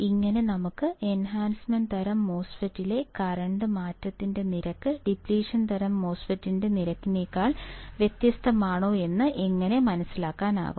ഇങ്ങനെ നമുക്ക് എൻഹാൻസ്മെൻറ് തരം മോസ്ഫെറ്റിലെ കറൻറ് മാറ്റത്തിന്റെ നിരക്ക് ഡിപ്ലിഷൻ തരം MOSFETന്റെ നിരക്കിനേക്കാൾ വ്യത്യസ്തമാണോ എന്ന് എങ്ങനെ മനസ്സിലാക്കാനാകും